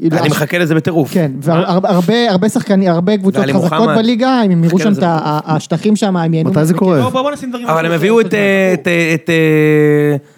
אני מחכה לזה בטירוף. כן, והרבה, הרבה שחקנים, הרבה קבוצות חזקות בליגה, אם הם יראו שם את השטחים שם, הם... מתי זה קורה. אבל הם הביאו את...